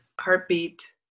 heartbeat